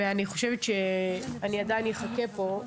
ואני חושבת שאני עדיין אחכה פה.